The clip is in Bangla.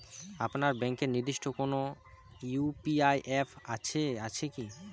আপনার ব্যাংকের নির্দিষ্ট কোনো ইউ.পি.আই অ্যাপ আছে আছে কি?